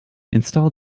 install